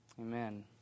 Amen